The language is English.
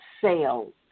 sales